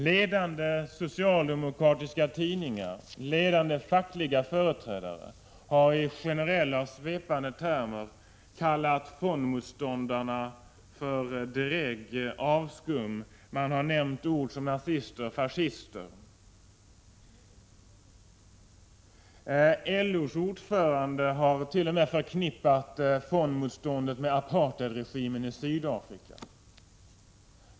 Ledande socialdemokratiska tidningar och ledande fackliga företrädare har i generella och svepande termer kallat fondsmotståndarna för drägg och avskum, och ord som nazister och fascister har nämnts. LO:s ordförande har t.o.m. förknippat fondmotståndet med apartheidregimen i Sydafrika.